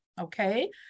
okay